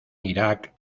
irak